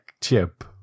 chip